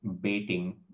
baiting